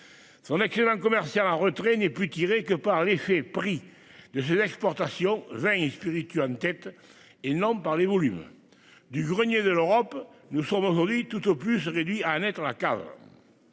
Son acquérir un commercial un retrait n'est plus tiré que par l'effet prix de ses exportations vins et spiritueux tête énorme par les volumes du grenier de l'Europe, nous sommes aujourd'hui tout au plus réduits à à naître la cave.